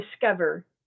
discover